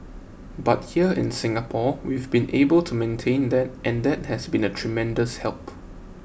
but here in Singapore we've been able to maintain that and that has been a tremendous help